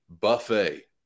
buffet